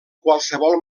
qualsevol